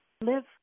live